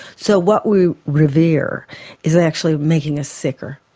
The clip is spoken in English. so what we revere is actually making us sicker.